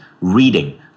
reading